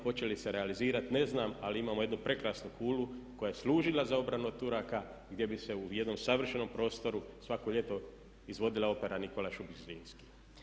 Hoće li se realizirati ne znam ali imamo jednu prekrasnu kulu koja je služila za obranu od Turaka gdje bi se u jednom savršenom prostoru svako ljeto izvodila opera Nikola Šubić Zrinski.